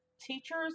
teachers